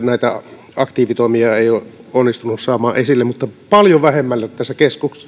näitä aktiivitoimia ei ole onnistunut saamaan esille mutta paljon vähemmälle tässä